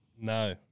No